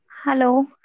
Hello